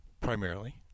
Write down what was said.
primarily